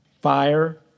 fire